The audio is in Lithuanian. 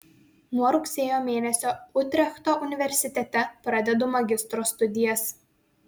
nuo rugsėjo mėnesio utrechto universitete pradedu magistro studijas